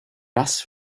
das